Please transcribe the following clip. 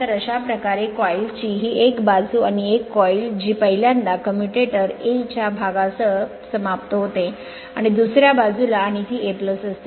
तर अशाप्रकारे कॉईल ची ही एक बाजू एक कॉईल जी पहिल्यांदा कम्युएटर a च्या भागासह समाप्त होते आणि दुसर्या बाजूला आणि ती a असते